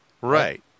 Right